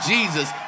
Jesus